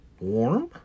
warm